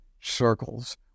circles